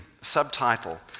subtitle